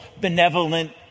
benevolent